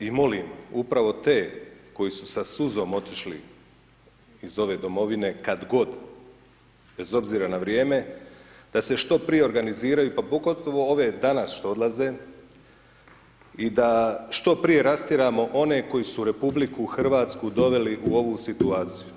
I molim upravo te koji su sa suzom otišli iz ove domovine, kada god, bez obzira na vrijeme, da se što prije organiziraju, pa pogotovo ove danas što odlaze i da što prije rastjeramo one koji su RH doveli u ovu situaciji,